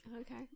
Okay